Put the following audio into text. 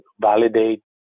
validate